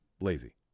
lazy